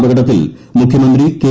അപകടത്തിൽ മുഖ്യമന്ത്രി കെ